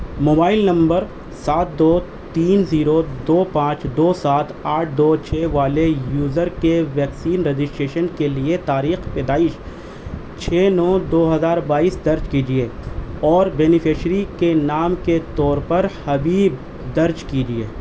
mobile number سات دو تین زیرو دو پانچ دو سات آٹھ دو چھ والے یوزر کے ویکسین رجسٹریشن کے لیے تاریخ پیدائش چھ نو دو ہزار بائیس درج کیجیے اور بینیفشیری کے نام کے طور پر حبیب درج کیجیے